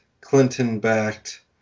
Clinton-backed